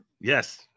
Yes